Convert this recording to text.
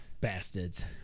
Bastards